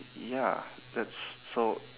ya that's so